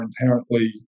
inherently